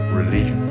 relief